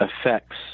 affects